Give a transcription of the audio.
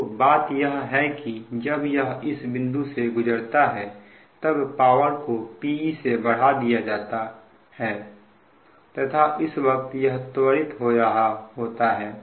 तो बात यह है कि जब यह इस बिंदु से गुजरता है तब पावर को Pi से बढ़ा दिया गया होता है तथा इस वक्त यह त्वरित हो रहा होता है